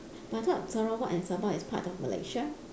but I thought sarawak and sabah is part of malaysia